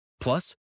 Plus